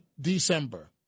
December